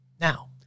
Now